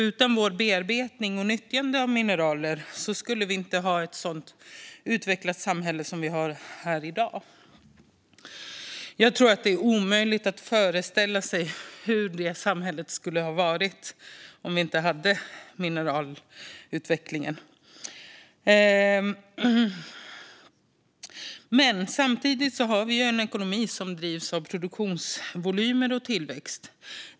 Utan vår bearbetning och nyttjande av mineral skulle vi inte ha ett sådant utvecklat samhälle som vi har i dag. Jag tror att det är omöjligt att föreställa sig hur detta samhälle skulle ha varit om vi inte hade haft mineralutvecklingen. Samtidigt har vi en ekonomi som drivs av produktionsvolymer och tillväxt.